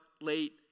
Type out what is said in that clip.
late